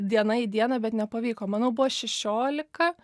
diena į dieną bet nepavyko manau buvo šešiolika